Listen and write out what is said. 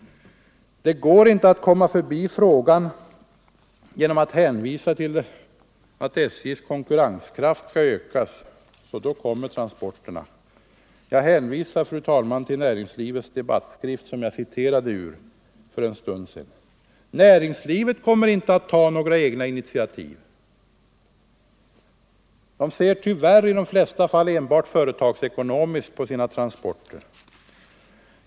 Det går inte att komma förbi frågan genom att säga att om SJ:s konkurrenskraft ökas, så kommer transporterna. Jag hänvisar till näringslivets debattskrift, som jag citerade ur för en stund sedan. Näringslivet kommer inte att ta några egna initiativ. Där ser man tyvärr i de flesta fall enbart företagsekonomiskt på sina transporter.